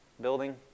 building